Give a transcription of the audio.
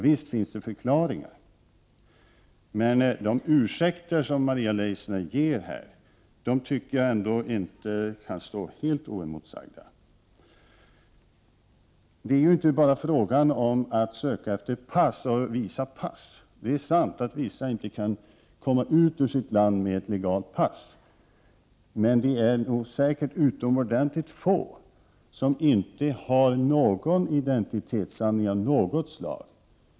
Visst finns det förklaringar, men de ursäkter som Maria Leissner ger tycker jag inte kan stå helt oemotsagda. Det är ju inte bara fråga om att söka pass och visa pass. Det är riktigt att vissa människor inte kan komma ut ur sitt land med ett legalt pass, men det är nog utomordentligt få som inte har någon identitetshandling av något slag.